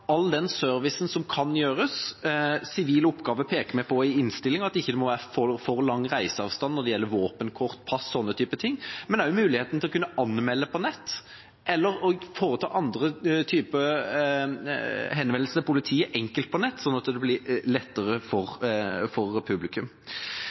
all den servicen som kan gis, vi peker i innstillinga på sivile oppgaver – at det ikke må være for lang reiseavstand når det gjelder våpenkort, pass og slike ting, men også muligheten til å kunne anmelde på nett eller foreta andre typer henvendelser til politiet enkelt på nett, slik at det blir lettere for